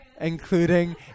Including